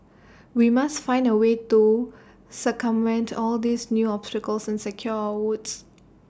we must find A way to circumvent all these new obstacles and secure our votes